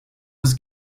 was